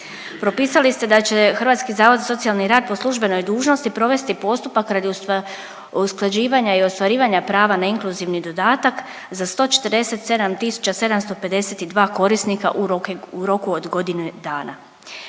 Propisali ste da će Hrvatski zavod za socijalni rad po službenoj dužnosti provesti postupak radi usklađivanja i ostvarivanja prava na inkluzivni dodatak za 147 752 korisnika u roku od godinu dana.